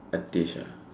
a dish ah